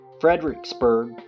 Fredericksburg